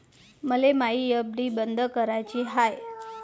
मले मायी एफ.डी बंद कराची हाय